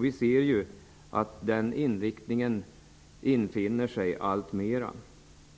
Vi ser ju att den inriktningen alltmer infinner sig.